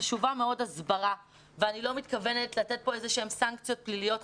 חשובה מאוד הסברה ואני לא מתכוונת לתת כאן איזה שהן סנקציות פליליות.